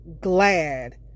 glad